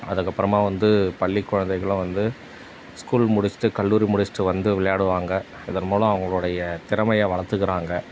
அதுக்கப்புறமா வந்து பள்ளி குழந்தைகளும் வந்து ஸ்கூல் முடிச்சுட்டு கல்லூரி முடிச்சுட்டு வந்து விளையாடுவாங்க இதன் மூலம் அவங்களுடைய திறமையை வளர்த்துக்கறாங்க